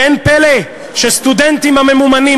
ואין פלא שסטודנטים הממומנים,